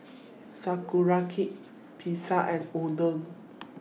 Sauerkraut Pizza and Oden